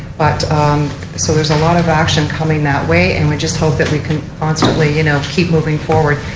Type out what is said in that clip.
but um so there is a lot of action coming that way. and we just hope that we can constantly you know keep moving forward